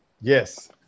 Yes